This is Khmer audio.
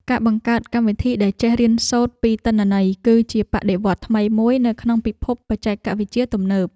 ការបង្កើតកម្មវិធីដែលចេះរៀនសូត្រពីទិន្នន័យ គឺជាបដិវត្តន៍ថ្មីមួយនៅក្នុងពិភពបច្ចេកវិទ្យាទំនើប។